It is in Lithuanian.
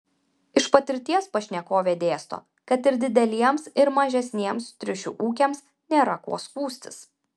iš patirties pašnekovė dėsto kad ir dideliems ir mažesniems triušių ūkiams nėra kuo skųstis